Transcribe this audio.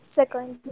second